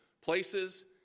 places